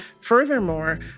Furthermore